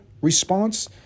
response